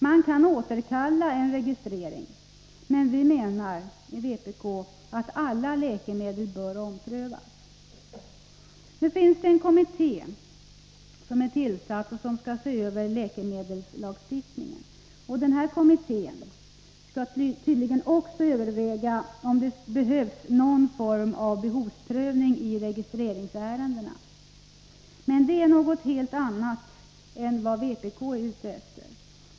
Man kan återkalla en registrering, men vpk menar att alla läkemedel bör omprövas. En kommitté skall nu se över läkemedelslagstiftningen. Kommittén skall tydligen också överväga om det behövs någon form av behovsprövning i registreringsärendena. Men det är något helt annat än vad vpk är ute efter.